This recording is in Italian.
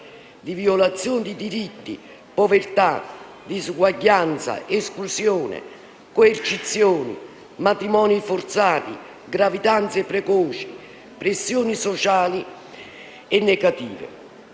di violazioni di diritti, povertà, disuguaglianza, esclusione, coercizione, matrimoni forzati e gravidanze precoci, pressioni sociali e stereotipi